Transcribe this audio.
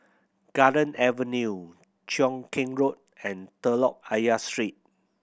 Garden Avenue Cheow Keng Road and Telok Ayer Street